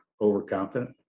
overconfident